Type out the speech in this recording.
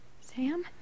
Sam